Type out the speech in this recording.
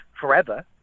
forever